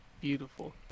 beautiful